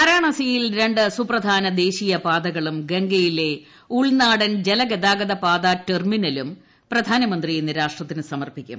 വാരാണസിയിൽ രണ്ട് സൂപ്രധാന ദേശീയ പാതകളും ഗംഗയിലെ ഉൾനാടൻ ജലഗതാഗത പാത ടെർമിനലും പ്രധാനമന്ത്രി ഇന്ന് രാഷ്ട്രത്തിന് സമർപ്പിക്കും